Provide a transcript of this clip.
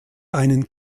einen